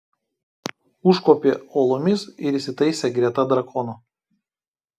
užkopė uolomis ir įsitaisė greta drakono